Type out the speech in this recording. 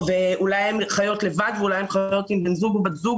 ואולי הן חיות לבד ואולי עם בן זוג או בת זוג,